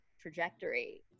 trajectory